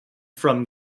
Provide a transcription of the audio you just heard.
from